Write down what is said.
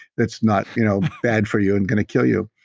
that's not you know bad for you and going to kill you.